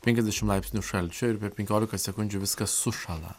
penkiasdešimt laipsnių šalčio ir per penkiolika sekundžių viskas sušąla